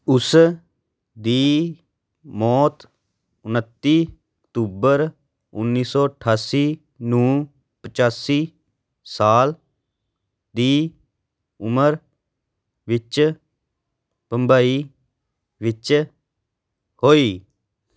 ਉਸ ਦੀ ਮੌਤ ਉਨੱਤੀ ਅਕਤੂਬਰ ਉੱਨੀ ਸੌ ਅਠਾਸੀ ਨੂੰ ਪਚਾਸੀ ਸਾਲ ਦੀ ਉਮਰ ਵਿੱਚ ਮੁੰਬਈ ਵਿੱਚ ਹੋਈ